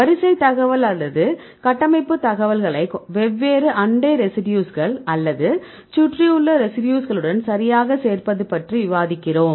வரிசை தகவல் அல்லது கட்டமைப்பு தகவல்களை வெவ்வேறு அண்டை ரெசிடியூஸ்கள் அல்லது சுற்றியுள்ள ரெசிடியூஸ்களுடன் சரியாக சேர்ப்பது பற்றி விவாதிக்கிறோம்